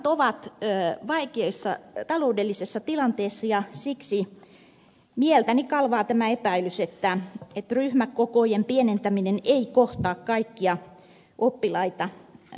kunnat ovat vaikeassa taloudellisessa tilanteessa ja siksi mieltäni kalvaa tämä epäilys että ryhmäkokojen pienentäminen ei kohtaa kaikkia oppilaita tasapuolisesti